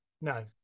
No